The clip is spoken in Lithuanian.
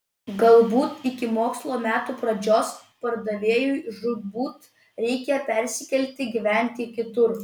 galbūt iki mokslo metų pradžios pardavėjui žūtbūt reikia persikelti gyventi kitur